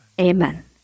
amen